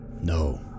No